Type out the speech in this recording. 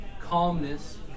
calmness